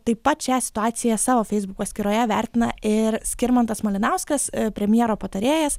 taip pat šią situaciją savo facebook paskyroje vertina ir skirmantas malinauskas premjero patarėjas